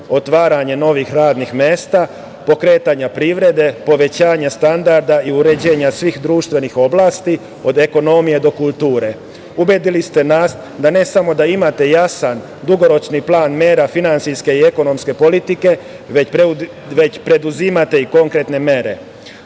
otvaranja novih radnih mesta, pokretanja privrede, povećanja standarda i uređenja svih društvenih oblasti od ekonomije do kulture. Ubedili ste nas da ne samo da imate jasan dugoročni plan mera finansijske i ekonomske politike, već preduzimate i konkretne